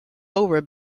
over